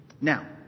Now